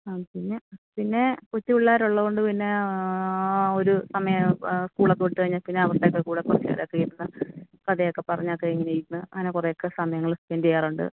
പിന്നെ പിന്നെ കൊച്ചു പിള്ളേർ ഉള്ളതുകൊണ്ട് പിന്നെ ആ ഒരു സമയം സ്കൂൾ ഒക്കെ വിട്ടു കഴിഞ്ഞാൽ പിന്നെ അവരുടെ ഒക്കെ കൂടെ കുറച്ച് നേരം ഒക്കെ ഇരുന്ന് കഥയൊക്കെ പറഞ്ഞ് ഇരുന്ന് അങ്ങനെ കുറേയൊക്കെ സമയങ്ങൾ സ്പെൻഡ് ചെയ്യാറുണ്ട്